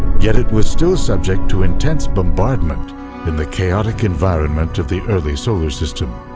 yet it was still subject to intense bombardment in the chaotic environment of the early solar system.